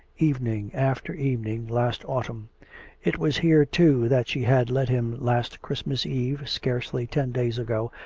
evening after evening, last autumn it was here, too, that she had led him last christ mas eve, scarcely ten days ago,